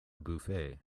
buffet